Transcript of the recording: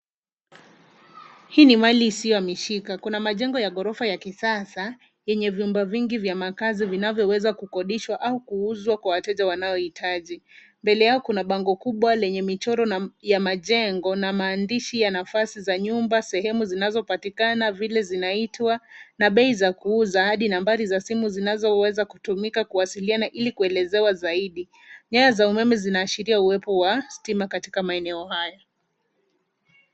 Hii ni mali isiyohamishika. Kuna majengo ya ghorofa ya kisasa yenye vyumba vingi vya makazi, vinavyoweza kukodishwa au kuuzwa kwa wateja wanaohitaji. Mbele yao kuna bango kubwa lenye michoro na ya majengo na maandishi ya nafasi za nyumba, sehemu zinazopatikana, vile zinaitwa na bei za kuuza, hadi nambari za simu zinazoweza kutumika kuwasiliana, ilikuelezewa zaidi. Nyaya za umeme zinaashiria uwepo wa stima katika maeneo haya.